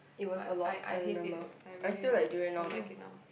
but I I hate it I really don't like it now